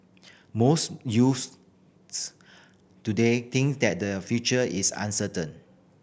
most youths today think that their future is uncertain